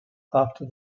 after